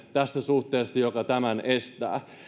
tässä suhteessa huomiota kokoomukseen joka tämän estää